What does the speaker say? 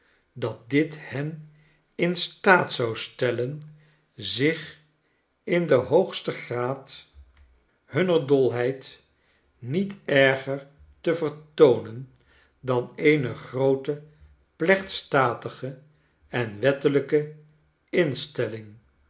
dat dit hen in staat zou steilen zich in den hoogsten graad hunner dolheid niet erger te vertoonen dan eene groote plechtstatige en wettelijke installing